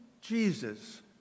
Jesus